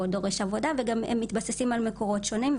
דורש עבודה וגם הם מתבססים על מקורות שונים,